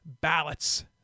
ballots